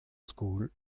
skol